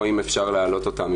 או אם אפשר להעלות אותם,